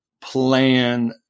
plan